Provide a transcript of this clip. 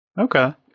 Okay